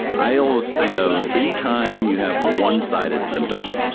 i always think of anytime you have one-sided symptoms.